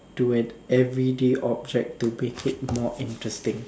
to an everyday object to make it more interesting